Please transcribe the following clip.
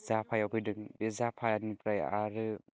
जापायाव फैदों बे जापानिफ्राय आरो